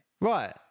Right